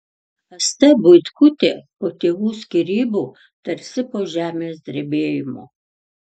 asta buitkutė po tėvų skyrybų tarsi po žemės drebėjimo